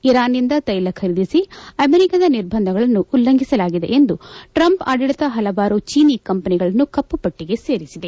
Iran ನಿಂದ ತೈಲ ಖರೀದಿಸಿ ಅಮೆರಿಕದ ನಿರ್ಬಂಧಗಳನ್ನು ಉಲ್ಲಂಘಿಸಲಾಗಿದೆ ಎಂದು ಟ್ರಂಪ್ ಆಡಳಿತ ಹಲವಾರು ಚೀನೀ ಕಂಪೆನಿಗಳನ್ನು ಕಪ್ಪುಪಟ್ಟಿಗೆ ಸೇರಿಸಿದೆ